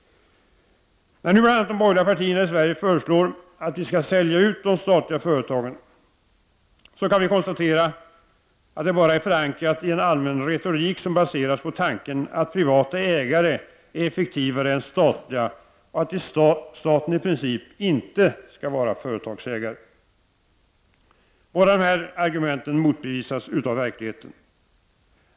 När nu bl.a. de borgerliga partierna i Sverige föreslår att vi skall sälja ut de statliga företagen, kan vi konstatera att det bara är förankrat i en allmän retorik, som baseras på tanken att privata ägare är effektivare än statliga och att staten i princip inte skall vara företagsägare. Båda dessa argument motbevisas av verkligheten.